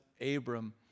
Abram